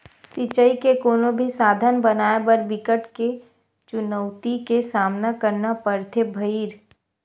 सिचई के कोनो भी साधन बनाए बर बिकट के चुनउती के सामना करना परथे भइर